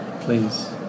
Please